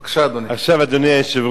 בבקשה, אדוני.